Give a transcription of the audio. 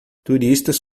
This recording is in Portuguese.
turistas